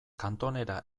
kantonera